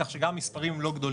כך שהמספרים הם לא גדולים.